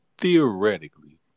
theoretically